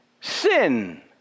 sin